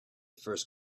first